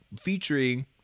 featuring